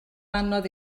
anodd